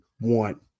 want